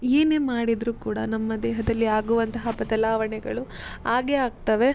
ಏನೇ ಮಾಡಿದರೂ ಕೂಡ ನಮ್ಮ ದೇಹದಲ್ಲಿ ಆಗುವಂತಹ ಬದಲಾವಣೆಗಳು ಆಗೇ ಆಗ್ತವೆ